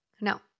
No